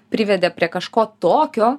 privedė prie kažko tokio